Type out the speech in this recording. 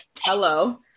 Hello